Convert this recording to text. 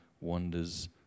wonders